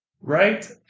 Right